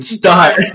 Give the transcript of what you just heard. start